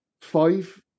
five